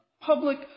public